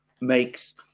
makes